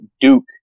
Duke